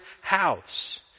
house